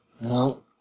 No